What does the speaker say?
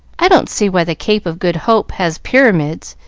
i don't see why the cape of good hope has pyramids.